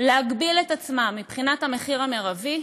להגביל את עצמן מבחינת המחיר המרבי,